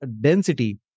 density